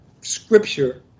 scripture